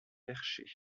perché